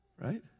right